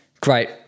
great